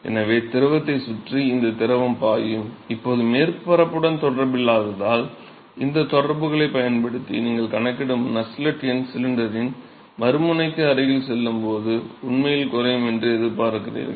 எனவே திரவத்தைச் சுற்றி இந்த திரவம் பாயும் போது இப்போது மேற்பரப்புடன் தொடர்பில்லாததால் இந்த தொடர்புகளைப் பயன்படுத்தி நீங்கள் கணக்கிடும் நஸ்ஸெல்ட் எண் சிலிண்டரின் மறுமுனைக்கு அருகில் செல்லும்போது உண்மையில் குறையும் என்று எதிர்பார்க்கிறீர்கள்